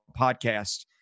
podcast